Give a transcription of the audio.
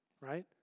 right